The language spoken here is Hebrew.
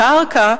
הקרקע,